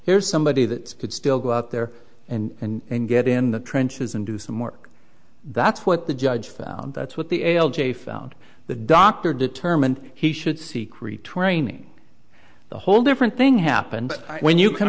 here's somebody that could still go out there and get in the trenches and do some work that's what the judge found that's what the a l j found the doctor determined he should seek retraining the whole different thing happened when you c